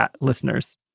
listeners